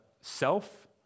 self